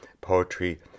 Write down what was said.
poetry